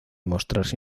mostrarse